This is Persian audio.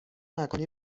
مکانی